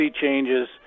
changes